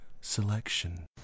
selection